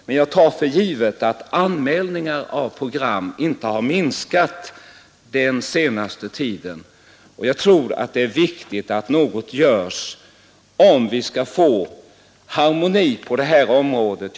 Men jag tar för givet att anmälningarna av program inte har minskat den senaste tiden, och jag tror det är viktigt att något görs, om vi skall få harmoni på det här området.